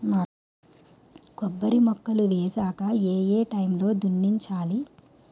కొబ్బరి మొక్కలు వేసాక ఏ ఏ టైమ్ లో దున్నించాలి?